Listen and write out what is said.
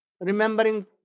remembering